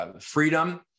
freedom